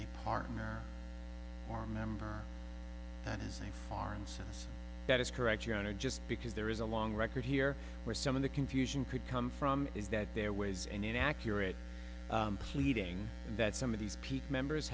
a partner or member that is a farm since that is correct your honor just because there is a long record here where some of the confusion could come from is that there was an inaccurate pleading that some of these peak members